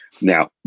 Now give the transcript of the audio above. Now